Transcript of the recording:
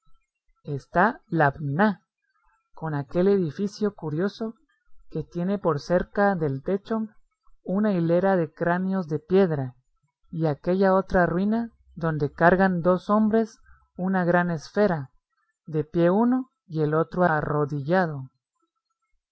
está labná con aquel edificio curioso que tiene por cerca del techo una hilera de cráneos de piedra y aquella otra ruina donde cargan dos hombres una gran esfera de pie uno y el otro arrodillado